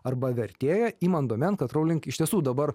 arba vertėja imant domėn kad rowling iš tiesų dabar